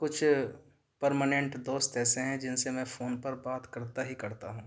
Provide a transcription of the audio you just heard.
کچھ پرماننٹ دوست ایسے ہیں جن سے میں فون پر بات کرتا ہی کرتا ہوں